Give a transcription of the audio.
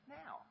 now